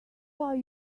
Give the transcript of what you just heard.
are